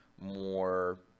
more –